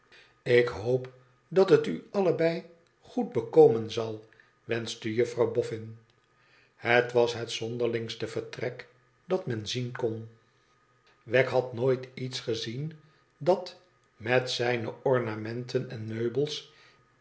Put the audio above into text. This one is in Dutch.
ik hoop dat het u allebei goed bekomen zal wenschte juffirouw boffin het was het zonderlingste vertrek dat men zien kon wegg had nooit iets gezien dat met zijne ornamenten en meubels